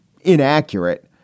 inaccurate